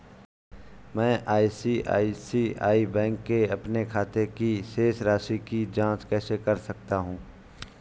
मैं ICICI bank के अपने खाते की शेष राशि की जाँच कैसे कर सकता हूँ?